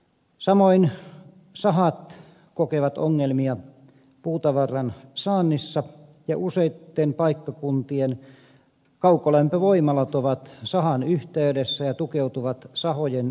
samoin sahat kokevat ongelmia puutavaran saannissa ja useitten paikkakuntien kaukolämpövoimalat ovat sahan yhteydessä ja tukeutuvat sahojen sivutuotteisiin